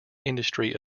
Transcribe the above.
industry